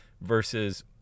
versus